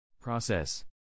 Process